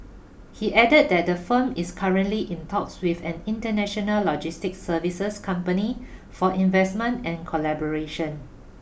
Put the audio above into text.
he added that the firm is currently in talks with an international logistics services company for investment and collaboration